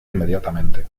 inmediatamente